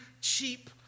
cheap